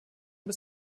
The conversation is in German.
bis